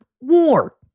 war